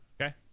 Okay